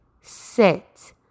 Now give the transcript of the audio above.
sit